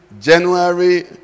january